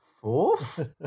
fourth